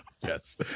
Yes